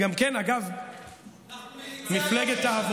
כבר עדיף להאכיל חתולים.